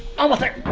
almost there,